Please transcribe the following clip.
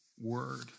word